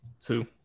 Two